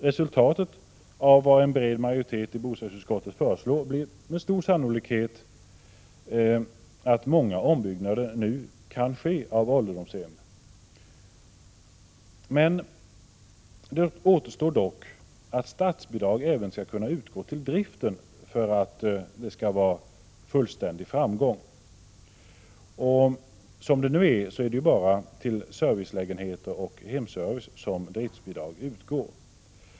Resultatet av vad en bred majoritet i bostadsutskottet föreslår blir med stor sannolikhet att många ombyggnader av ålderdomshem nu kan ske. Ännu återstår dock frågan om att statsbidrag även skall kunna utgå till driften av ålderdomshem för att fullständig framgång skall uppnås. Nu utgår driftbidrag bara till servicelägenheter och hemservice.